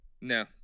No